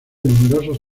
numerosos